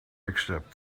except